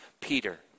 Peter